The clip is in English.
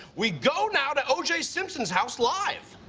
we go now to o j. simpson's house, live.